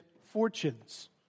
fortunes